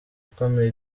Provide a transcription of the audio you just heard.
ikomeye